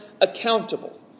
accountable